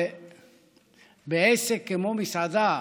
ובעסק כמו מסעדה,